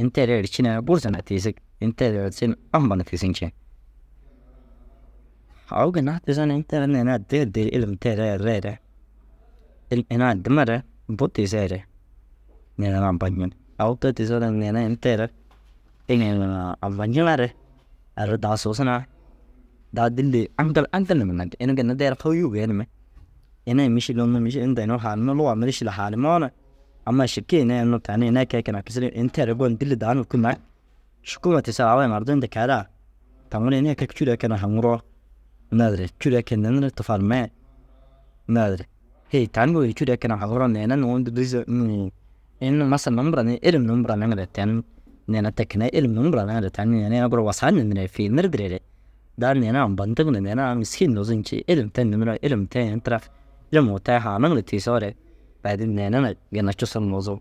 Ini teere ercineere gursa na tiisig, ini tee re erci ni ampa na tiisi nceŋ. Au ginna tiisoona ini tee re ini addii addii ilim tee re ereere in ini addimare bu tiiseere neere ru ampanciŋ. Au te tiisoore neere ini tee re inii azanciŋaare ai re daa tusus na daa dîlli aŋkal aŋkal numa nagda ini ginna fôuyu geenimmi. Ini ai mîšil unnu mîšil inda haanimmi lugaa mîšil haanimmoo na amai šiki ini ai unnu tani ini ai kee keenaa kisirig ini tee re gon dîlli dau kûi nak. Šukuuma tiisoo au ai ŋarduu inda kai raa taŋu ru ini ai kee cûro ai keenaa haŋuroo naazere cûro ai kee ninirig tufarimee. Naazire hêe tani wêen cûro ai keenaa haŋiroo neere nuŋu inii ini nuu masal num buranii num buraniŋire ten nee re ti kenei ilum num bura niŋire tani ini ai buru wusaa ninireere fi nirdireere daa neere ampantiŋire neere au mîskin nuuzu ncii ilim te niniroo ilim te ini tira yimuu te haaniŋire tiisoore baadin neere na ginna cusu ru nuuzug.